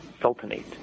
Sultanate